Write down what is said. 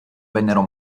vennero